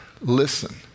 listen